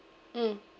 mm